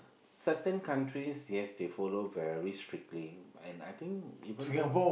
certain countries yes they follow very strictly and I think even though